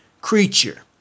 creature